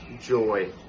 joy